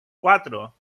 cuatro